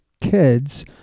kids